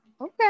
Okay